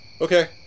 Okay